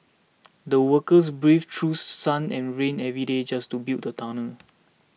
the workers braved through sun and rain every day just to build the tunnel